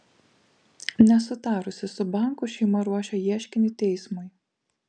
nesutarusi su banku šeima ruošia ieškinį teismui